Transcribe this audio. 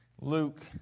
Luke